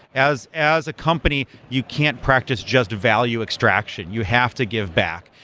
as as a company, you can't practice just value extraction. you have to give back,